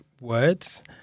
words